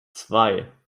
zwei